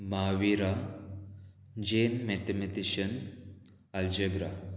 माविरा जेन mathematician algebra